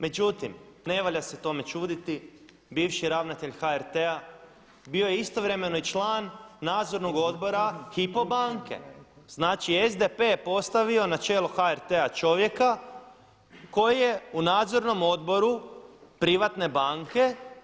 Međutim, ne valja se tome čuditi, bivši ravnatelj HRT-a bio je istovremeno i član Nadzornog odbora HYPO banke. znači SDP je postavio na čelo HRT-a čovjeka koji je u nadzornom odboru privatne banke.